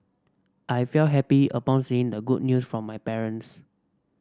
I felt happy upon saying the good news from my parents